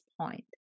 point